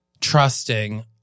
trusting